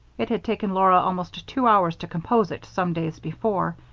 it had taken laura almost two hours to compose it, some days before,